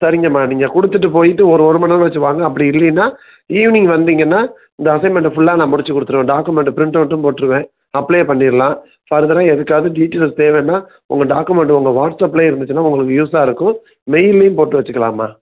சரிங்கம்மா நீங்கள் கொடுத்துட்டு போயிட்டு ஒரு ஒரு மணி நேரம் கழிச்சி வாங்க அப்படி இல்லைன்னா ஈவினிங் வந்தீங்கன்னால் இந்த அசைன்மெண்டை ஃபுல்லாக நான் முடித்து கொடுத்துருவேன் டாக்குமெண்டை பிரிண்ட்அவுட்டும் போட்டுருவேன் அப்ளை பண்ணிடலாம் ஃபர்தராக எதுக்காவது டீட்டெயில்ஸ் ஃபர்தராக உங்கள் டாக்குமெண்டை உங்கள் வாட்ஸ்அப்பில் இருந்துச்சின்னால் உங்களுக்கு யூஸாக இருக்கும் மெயில்லேயும் போட்டு வச்சிக்கலாம்மா